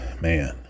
man